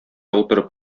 утырып